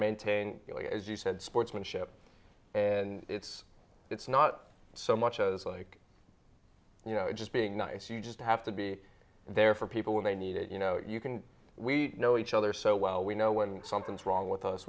maintain as you said sportsmanship and it's it's not so much as like you know just being nice you just have to be there for people when they need it you know you can we know each other so well we know when something's wrong with us